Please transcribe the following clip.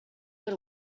what